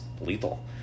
lethal